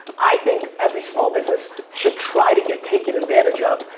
i think every small business should try to get taken advantage of,